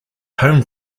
home